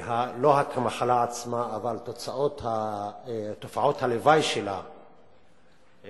לא המחלה עצמה אבל תופעות הלוואי שלה,